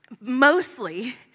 Mostly